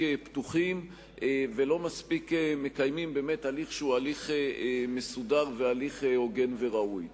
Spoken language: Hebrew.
פתוחים ולא מספיק מקיימים באמת הליך שהוא הליך מסודר והליך הוגן וראוי.